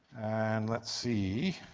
and let's see,